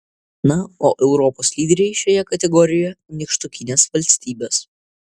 na o europos lyderiai šioje kategorijoje nykštukinės valstybės